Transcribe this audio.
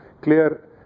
clear